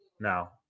Now